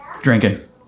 drinking